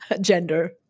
gender